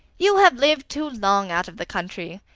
you have lived too long out of the country.